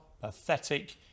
pathetic